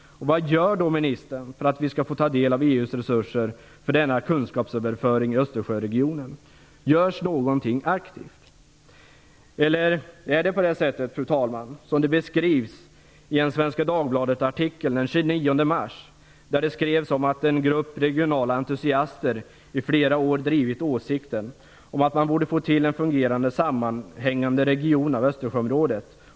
Vad gör då ministern för att vi skall få ta del av resurser för denna kunskapsöverföring i Östersjöregionen? Görs det något aktivt? Eller är det så, fru talman, som beskrivs i en artikel i Svenska Dagbladet den 29 mars? Där skrevs det att en grupp regionala entusiaster i flera år drivit åsikten att man borde få till en fungerande sammanhängande region av Östersjöområdet.